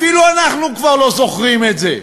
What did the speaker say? אפילו אנחנו כבר לא זוכרים את זה,